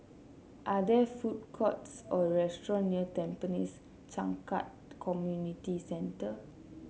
are there food courts or restaurants near Tampines Changkat Community Centre